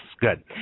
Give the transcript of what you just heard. Good